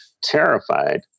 terrified